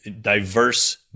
diverse